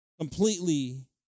completely